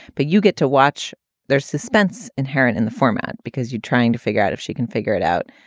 but you get to watch their suspense inherent in the format because you're trying to figure out if she can figure it out.